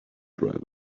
driver